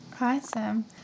Awesome